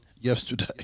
yesterday